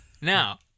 Now